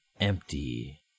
empty